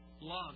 love